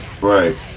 Right